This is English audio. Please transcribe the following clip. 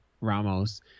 Ramos